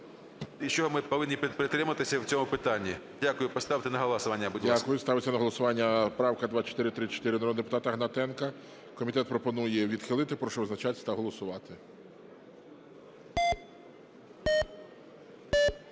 і що ми повинні підтримати в цьому питанні. Дякую. Поставте на голосування, будь ласка. ГОЛОВУЮЧИЙ. Дякую. Ставиться на голосування правка 2434 народного депутата Гнатенка. Комітет пропонує її відхилити. Прошу визначатись та голосувати.